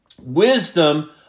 wisdom